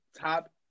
Top